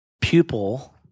pupil